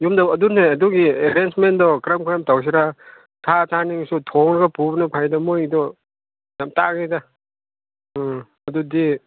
ꯌꯨꯝꯗ ꯑꯗꯨꯅꯦ ꯑꯗꯨꯒꯤ ꯑꯦꯔꯦꯟꯖꯃꯦꯟꯗꯣ ꯀꯔꯝ ꯀꯥꯟꯗ ꯇꯧꯁꯤꯔꯥ ꯁꯥ ꯆꯥꯅꯤꯡꯂꯁꯨ ꯊꯣꯛꯂꯒ ꯄꯨꯕꯅ ꯐꯩꯗꯣ ꯃꯣꯏꯒꯤꯗꯣ ꯌꯥꯝ ꯇꯥꯡꯉꯤꯗ ꯎꯝ ꯑꯗꯨꯗꯤ